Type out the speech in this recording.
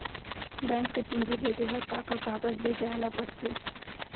Bank से पूंजी भेजे बर का का कागज ले जाये ल पड़थे?